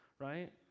right